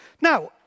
Now